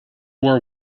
war